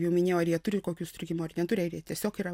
jau minėjau ar jie turi kokių sutrikimų ar neturi ar jie tiesiog yra